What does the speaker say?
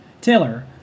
Taylor